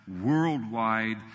worldwide